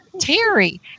Terry